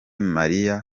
mariya